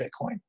Bitcoin